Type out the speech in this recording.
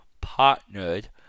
partnered